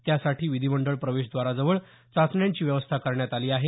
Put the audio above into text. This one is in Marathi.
त्यासाठी विधिमंडळ प्रवेशद्वाराजवळ चाचण्यांची व्यवस्था करण्यात आली आहे